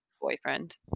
boyfriend